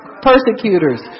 Persecutors